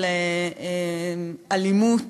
של אלימות,